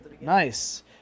nice